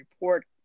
report